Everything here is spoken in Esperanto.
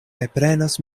reprenas